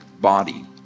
body